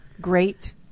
great